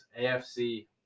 AFC